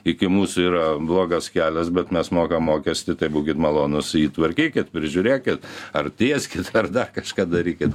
iki mūsų yra blogas kelias bet mes mokam mokestį tai būkit malonūs jį tvarkykit prižiūrėkit ar tieskit ar dar kažką darykit